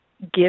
give